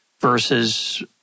versus